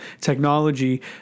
technology